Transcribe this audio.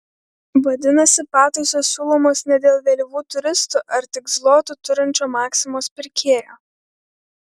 vadinasi pataisos siūlomos ne dėl vėlyvų turistų ar tik zlotų turinčio maksimos pirkėjo